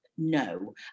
no